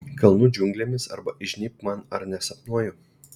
kalnų džiunglėmis arba įžnybk man ar nesapnuoju